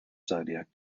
zodiac